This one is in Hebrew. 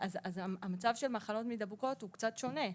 המצב של מחלות מידבקות הוא קצת שונה.